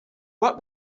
what